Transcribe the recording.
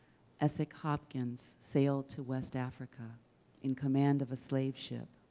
esek hopkins sailed to west africa in command of a slave ship,